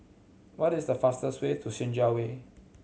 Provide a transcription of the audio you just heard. what is the fastest way to Senja Way